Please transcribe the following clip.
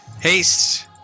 Haste